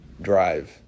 Drive